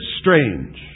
strange